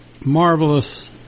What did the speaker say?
marvelous